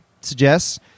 suggests